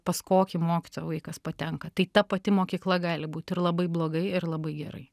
pas kokį mokytoją vaikas patenka tai ta pati mokykla gali būt ir labai blogai ir labai gerai